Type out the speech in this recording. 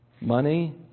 Money